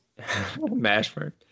Mashburn